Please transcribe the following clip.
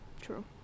true